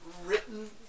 written